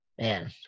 Man